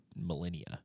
millennia